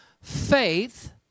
faith